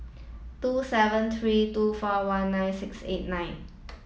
two seven three two four one nine six eight nine